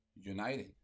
uniting